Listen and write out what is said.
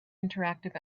interactive